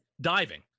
diving